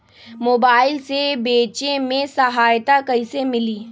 Mobile से बेचे में सहायता कईसे मिली?